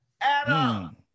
Adam